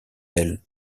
elle